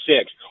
six